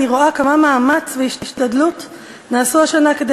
אני רואה כמה מאמץ והשתדלות נעשו השנה כדי